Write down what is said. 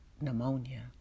pneumonia